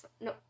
no